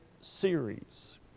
series